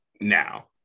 now